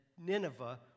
Nineveh